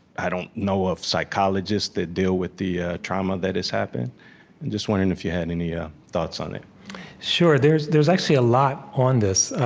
i don't know of psychologists that deal with the trauma that has happened. i'm and just wondering if you had any yeah thoughts on it sure, there's there's actually a lot on this.